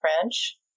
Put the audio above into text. French